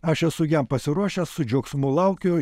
aš esu jam pasiruošęs su džiaugsmu laukiu